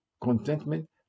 Contentment